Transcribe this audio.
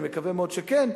אני מקווה מאוד שכן,